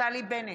נפתלי בנט,